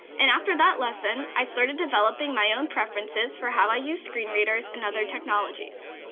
and after that lesson, i started developing my own preferences for how i used screen readers and other technologies.